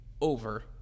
Over